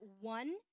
one